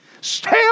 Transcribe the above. stay